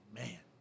man